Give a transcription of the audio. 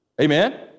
Amen